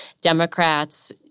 Democrats